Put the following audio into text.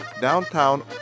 downtown